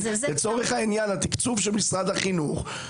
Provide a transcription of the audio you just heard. לצורך העניין, התקצוב של משרד החינוך,